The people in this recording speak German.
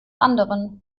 anderen